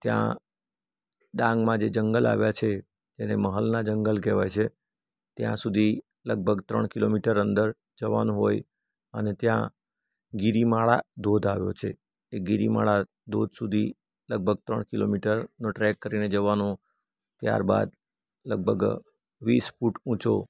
ત્યાં ડાંગમાં જે જંગલ આવ્યાં છે તેને મહલનાં જંગલ કહેવાય છે ત્યાં સુધી લગભગ ત્રણ કિલોમીટર અંદર જવાનું હોય અને ત્યાં ગિરિમાળા ધોધ આવ્યો છે એ ગિરિમાળા ધોધ સુધી લગભગ ત્રણ કિલોમીટરનો ટ્રેક કરીને જવાનું ત્યાર બાદ લગભગ વીસ ફૂટ ઊંચો